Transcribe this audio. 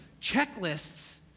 checklists